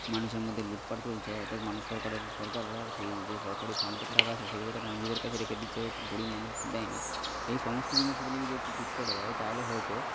মানুষের মধ্যে লুঠপাট চলছে অর্থাৎ মানুষ সরকারের সরকাররা সেই যে সরকারি ফান্ড থেকে টাকা আসে সেগুলো তারা নিজেদের কাছে রেখে দিচ্ছে গরিব মানুষ দেয় না এই সমস্ত জিনিসগুলি যদি একটু ঠিক করা যায় তাহলে হয়তো